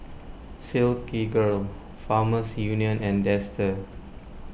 Silkygirl Farmers Union and Dester